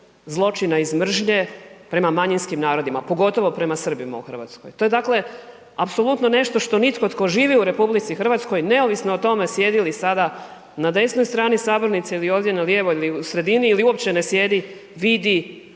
zločina iz mržnje, prema manjinskim narodima, pogotovo prema Srbina u Hrvatskoj. To je dakle apsolutno nešto što nitko tko živi u RH neovisno o tome sjedi li sada na desnoj strani sabornice ili ovdje na lijevoj ili sredini ili uopće ne sjedi, vidi,